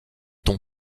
ton